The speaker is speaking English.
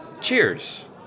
Cheers